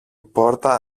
πόρτα